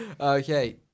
Okay